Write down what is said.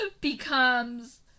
becomes